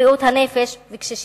בריאות הנפש וקשישים.